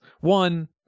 one